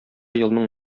елның